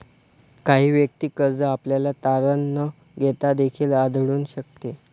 काही वैयक्तिक कर्ज आपल्याला तारण न घेता देखील आढळून शकते